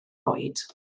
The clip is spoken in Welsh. oed